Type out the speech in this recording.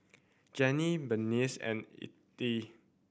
Ginny Berenice and Ethyl